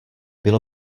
bylo